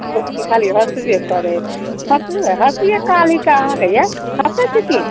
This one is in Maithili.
मोटकी खाली हँसबे करै हँसिये काल हय का अहाँके यै हँसै छियै की